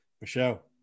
Michelle